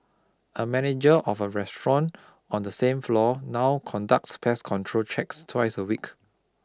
a manager of a restaurant on the same floor now conducts pest control checks twice a week